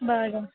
बरं